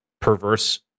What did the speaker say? perverse